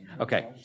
Okay